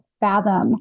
fathom